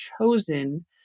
chosen